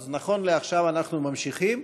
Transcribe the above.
אז נכון לעכשיו אנחנו ממשיכים.